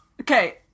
okay